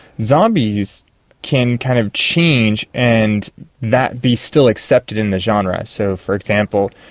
zombies can kind of change and that be still accepted in the genre. so, for example,